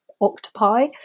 octopi